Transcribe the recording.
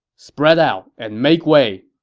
spread out and make way!